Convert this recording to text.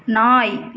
நாய்